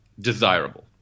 desirable